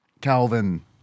Calvin